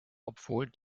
obwohl